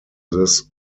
this